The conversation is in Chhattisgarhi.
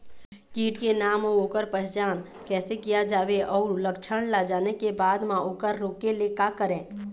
कीट के नाम अउ ओकर पहचान कैसे किया जावे अउ लक्षण ला जाने के बाद मा ओकर रोके ले का करें?